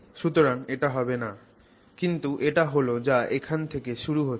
সুতরাং এটা হবে না কিন্তু এটা হল এটা যা এখান থেকে শুরু হচ্ছে